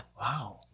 wow